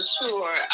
sure